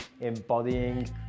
embodying